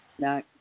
No